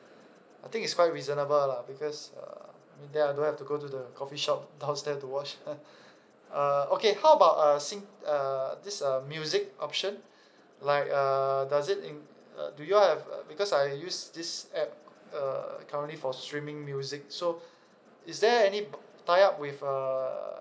I think it's quite reasonable lah because uh mean then I don't have to go to the coffee shop downstairs to watch uh okay how about uh sing uh this uh music option like uh does it in~ uh do you all have uh because I use this app uh currently for streaming music so is there any b~ tie up with uh